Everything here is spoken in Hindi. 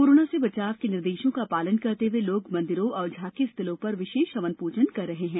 कोरोना से बचाव के निर्देशों का पालन करते हुए लोग मंदिरों और झॉकी स्थलों पर विशेष हवन पूजन कर रहे हैं